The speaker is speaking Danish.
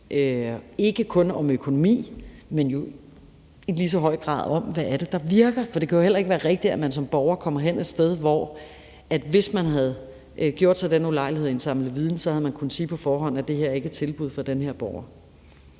ikke kun om økonomi, men jo i lige så høj grad om, hvad der virker. For det kan jo heller ikke være rigtigt, at man som borger kommer hen et sted, hvor de, hvis de havde gjort sig den ulejlighed at indsamle viden, havde kunnet sige på forhånd, at det her ikke er et tilbud for den her borger.